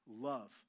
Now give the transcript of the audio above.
love